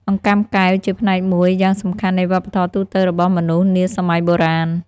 អង្កាំកែវជាផ្នែកមួយយ៉ាងសំខាន់នៃវប្បធម៌ទូទៅរបស់មនុស្សនាសម័យបុរាណ។